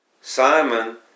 Simon